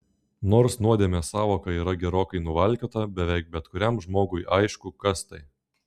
nors nuodėmės sąvoka yra gerokai nuvalkiota beveik bet kuriam žmogui aišku kas tai